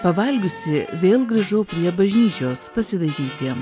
pavalgiusi vėl grįžau prie bažnyčios pasidairyti